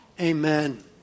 Amen